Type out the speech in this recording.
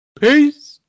peace